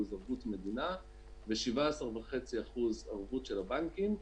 ערבות מדינה ו-17.5% ערבות של הבנקים,